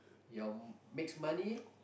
your mix money